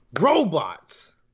robots